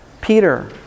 Peter